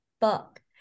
book